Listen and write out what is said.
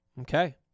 okay